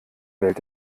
welt